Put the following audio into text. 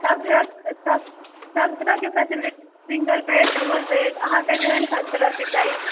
सब तरहकेँ facility single bed double bed अहाँकेँ जेहन तरहकेँ चाही